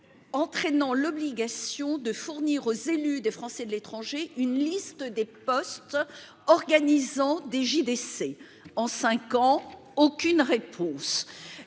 Entraînant l'obligation de fournir aux élus des Français de l'étranger, une liste des postes organisant des JDC en 5 ans, aucune réponse.